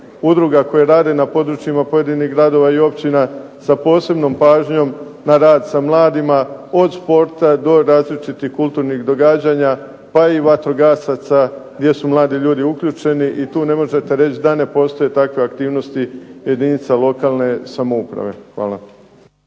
udruga koje rade na područjima pojedinih gradova i općina sa posebnom pažnjom na rad sa mladima, od sporta do različitih kulturnih događanja pa i vatrogasaca gdje su mladi ljudi uključeni i tu ne možete reći da ne postoje takve aktivnosti jedinica lokalne samouprave. Hvala.